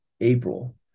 April